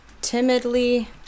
timidly